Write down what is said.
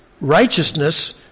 righteousness